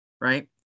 right